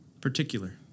Particular